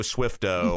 Swifto